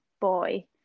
boy